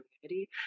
community